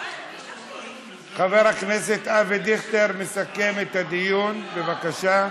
חבר הכנסת אבי דיכטר מסכם את הדיון, בבקשה.